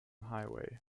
highway